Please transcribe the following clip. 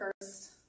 first